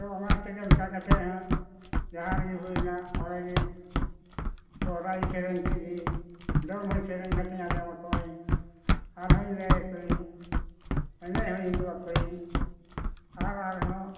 ᱛᱚ ᱚᱱᱟ ᱛᱮᱜᱮ ᱚᱱᱠᱟ ᱠᱟᱛᱮᱫ ᱦᱟᱸᱜ ᱡᱟᱦᱟᱸ ᱨᱮᱜᱮ ᱦᱩᱭ ᱮᱱᱟ ᱚᱸᱰᱮᱜᱮ ᱥᱚᱦᱨᱟᱭ ᱥᱮᱨᱮᱧ ᱠᱮᱫ ᱜᱮ ᱫᱚᱝ ᱦᱚᱧ ᱥᱮᱨᱮᱧ ᱠᱟᱛᱮᱧ ᱟᱸᱡᱚᱢ ᱟᱠᱚᱣᱟᱹᱧ ᱟᱨᱦᱚᱸᱧ ᱞᱟᱹᱭ ᱟᱠᱚᱣᱟᱹᱧ ᱮᱱᱮᱡ ᱦᱚᱸᱧ ᱩᱫᱩᱜ ᱟᱠᱚᱣᱟᱹᱧ ᱟᱨ ᱟᱨᱦᱚᱸ